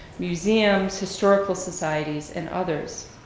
museums, historical societies, and others.